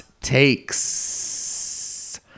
takes